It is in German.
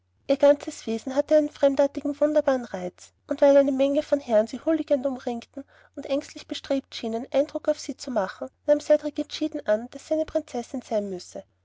ihr ganzes wesen hatte einen fremdartigen wunderbaren reiz und weil eine menge von herren sie huldigend umringten und ängstlich bestrebt schienen eindruck auf sie zu machen nahm cedrik entschieden an daß sie eine prinzessin sein müsse